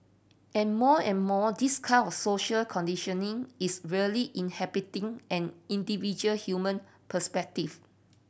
and more and more this kind of social conditioning is really inhibiting an individual human perspective